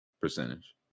percentage